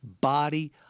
body